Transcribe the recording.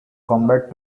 combat